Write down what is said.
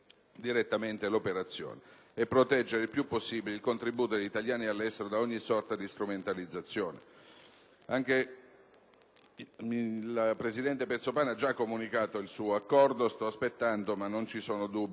direttamente l'operazione; proteggere il più possibile il contributo degli italiani all'estero da ogni sorta di strumentalizzazione. La presidente Pezzopane ha già comunicato il suo accordo e non vi sono dubbi